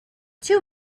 two